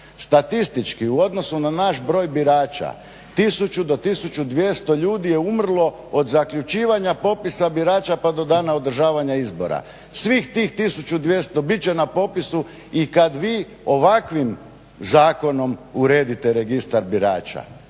Statistički u odnosu na naš broj birača 1000 do 1200 ljudi je umrlo od zaključivanja popisa birača pa do dana održavanja izbora. Svih tih 1200 bit će na popisu i kad vi ovakvim zakonom uredite registar birača